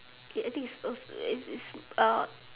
eh I think it's it's it's uh